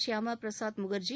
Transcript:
Shyama Prasad Mukherjee